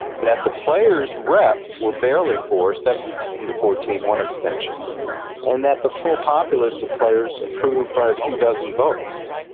that the players reps were barely for seven to fourteen one abstention and that the full populace of players approved by a few dozen votes.